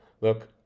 Look